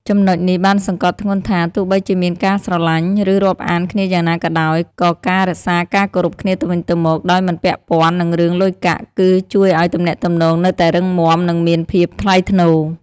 ចំណុចនេះបានសង្កត់ធ្ងន់ថា ទោះបីជាមានការស្រឡាញ់ ឬរាប់អានគ្នាយ៉ាងណាក៏ដោយ ក៏ការរក្សាការគោរពគ្នាទៅវិញទៅមកដោយមិនពាក់ព័ន្ធនឹងរឿងលុយកាក់ គឺជួយឲ្យទំនាក់ទំនងនៅតែរឹងមាំ និងមានភាពថ្លៃថ្នូរ។